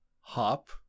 hop